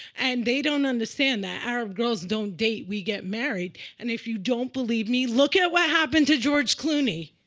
and they don't understand that arab girls don't date. we get married. and if you don't believe me, look at what happened to george clooney.